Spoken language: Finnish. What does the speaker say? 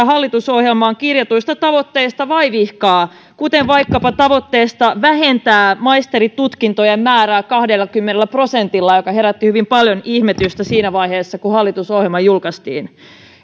hallitusohjelmaan kirjatuista tavoitteista vaivihkaa kuten vaikkapa tavoitteesta vähentää maisteritutkintojen määrää kahdellakymmenellä prosentilla mikä herätti hyvin paljon ihmetystä siinä vaiheessa kun hallitusohjelma julkaistiin